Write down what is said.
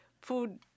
food